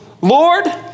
Lord